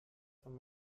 von